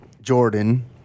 Jordan